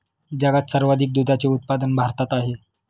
जगात सर्वाधिक दुधाचे उत्पादन भारतात आहे